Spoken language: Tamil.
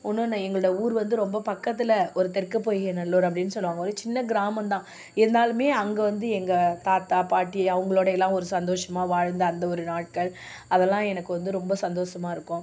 இன்னொன்று எங்களோட ஊர் வந்து ரொம்ப பக்கத்தில் ஒரு தெற்கு பொய்கை நல்லூர் அப்படின்னு சொல்வாங்க ஒரு சின்ன கிராமம்தான் இருந்தாலும் அங்கே வந்து எங்கள் தாத்தா பாட்டி அவங்களோடயெல்லாம் ஒரு சந்தோஷமாக வாழ்ந்த அந்த ஒரு நாட்கள் அதெல்லாம் எனக்கு வந்து ரொம்ப சந்தோஷமாக இருக்கும்